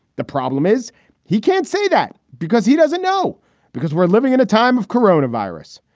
the problem is he can't say that because he doesn't know because we're living in a time of corona virus.